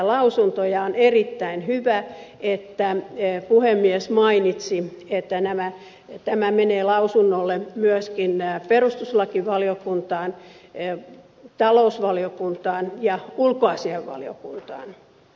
on erittäin hyvä että puhemies mainitsi että tämä menee lausunnolle myöskin perustuslakivaliokuntaan talousvaliokuntaan ja ulkoasiainvaliokuntaan